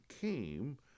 came